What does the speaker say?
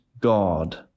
God